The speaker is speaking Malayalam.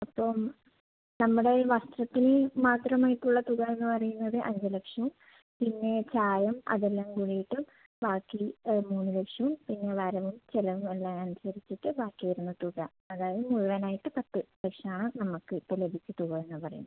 അപ്പം നമ്മുടെ വർഷത്തില് മാത്രം ആയിട്ടുള്ള തുക എന്ന് പറയുന്നത് അഞ്ച് ലക്ഷം പിന്നെ ചായം അത് എല്ലാം കൂടിയിട്ട് ബാക്കി മൂന്ന് ലക്ഷം പിന്നെ വരവും ചിലവും എല്ലാം അനുസരിച്ചിട്ട് ബാക്കി വരുന്ന തുക അതായത് മുഴുവൻ ആയിട്ട് പത്ത് ലക്ഷമാണ് നമുക്ക് ഇപ്പോൾ ലഭിച്ചിട്ടുള്ളത് എന്ന് പറയുന്നത്